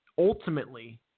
Ultimately